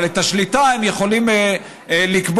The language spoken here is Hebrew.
אבל את השליטה הם יכולים לקבוע,